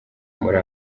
muri